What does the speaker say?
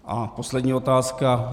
A poslední otázka.